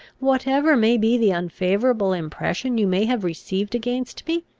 whatever may be the unfavourable impression you may have received against me?